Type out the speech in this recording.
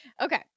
Okay